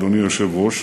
אדוני היושב-ראש,